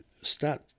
start